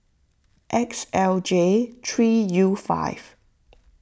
X L J three U five